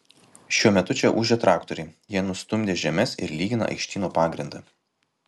šiuo metu čia ūžia traktoriai jie nustumdė žemes ir lygina aikštyno pagrindą